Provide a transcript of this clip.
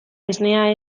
esnea